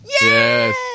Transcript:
Yes